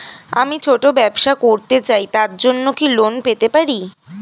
আমি ছোট ব্যবসা করতে চাই তার জন্য কি লোন পেতে পারি?